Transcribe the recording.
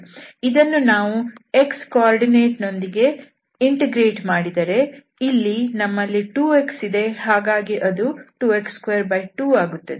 ಇದನ್ನು ನಾವು x ನಿರ್ದೇಶಾಂಕದೊಂದಿಗೆ ಭಾಗಶಃ ಇಂಟಿಗ್ರೇಟ್ ಮಾಡಿದರೆ ಇಲ್ಲಿ ನಮ್ಮಲ್ಲಿ 2x ಇದೆ ಹಾಗಾಗಿ ಅದು 2x22 ಆಗುತ್ತದೆ